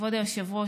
כבוד היושב-ראש,